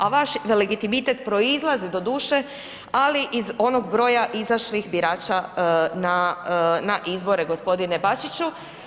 A vaš legitimitet proizlazi doduše ali iz onog broja izašlih birača na izbore gospodine Bačiću.